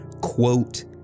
quote